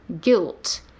guilt